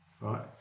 right